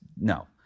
No